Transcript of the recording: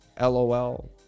LOL